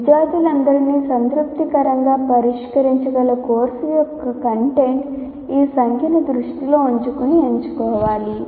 విద్యార్థులందరినీ సంతృప్తికరంగా పరిష్కరించగల కోర్సు యొక్క కంటెంట్ ఈ సంఖ్యను దృష్టిలో ఉంచుకుని ఎంచుకోవాలి